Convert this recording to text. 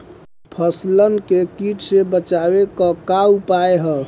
फसलन के कीट से बचावे क का उपाय है?